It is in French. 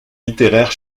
littéraire